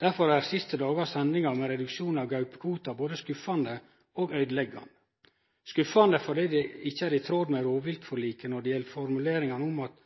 Derfor er dei siste dagars hendingar med reduksjon av gaupekvoten både skuffande og øydeleggjande – skuffande fordi det ikkje er i tråd med rovviltforliket når det gjeld formuleringane om at